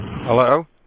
Hello